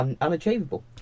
unachievable